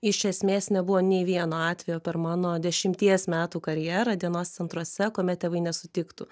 iš esmės nebuvo nei vieno atvejo per mano dešimties metų karjerą dienos centruose kuomet tėvai nesutiktų